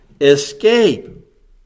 escape